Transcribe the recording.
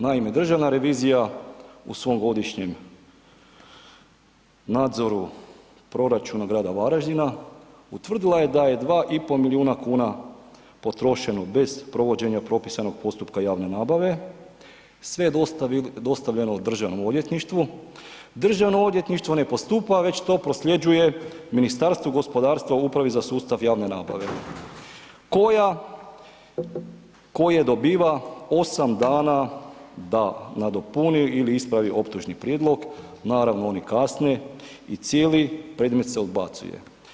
Naime Državna revizija u svom godišnjem nadzoru, proračunu grada Varaždina, utvrdila je da ne 2,5 milijuna kuna potrošena bez provođenja propisanog postupka javne nabave, sve je dostavljeno Državnom odvjetništvu, Državno odvjetništvo ne postupa već to prosljeđuje Ministarstvu gospodarstva u Upravi za sustav javne nabave koja dobiva 8 dana da nadopuni ili ispravo optužni prijedlog, naravno oni kasne i cijeli predmet se odbacuje.